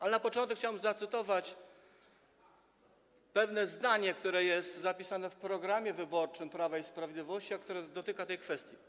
Ale na początek chciałem zacytować pewne zdanie, które jest zapisane w programie wyborczym Prawa i Sprawiedliwości, a które dotyka tej kwestii.